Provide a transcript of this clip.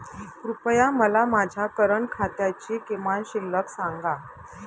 कृपया मला माझ्या करंट खात्याची किमान शिल्लक सांगा